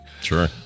Sure